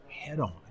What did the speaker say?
head-on